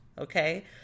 okay